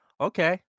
Okay